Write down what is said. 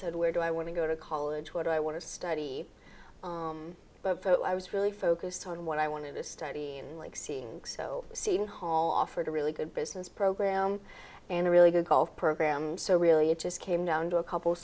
said where do i want to go to college what i want to study but i was really focused on what i want to study and like seeing so seeing hall offered a really good business program and a really good golf program so really it just came down to a couple